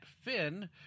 Finn